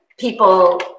People